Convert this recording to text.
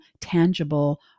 tangible